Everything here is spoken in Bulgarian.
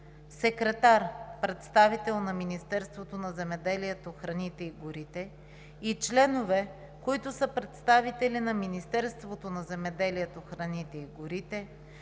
секретар – представител на Министерството на земеделието, храните и горите, и членове, които са представители на Министерството на земеделието, храните и горите,